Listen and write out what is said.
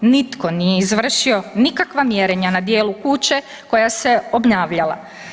Nitko nije izvršio nikakva mjerenja na dijelu kuće koja se obnavljala.